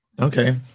Okay